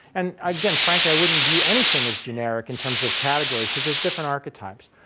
and again, frankly, i wouldn't view anything as generic in terms of categories because there's different archetypes,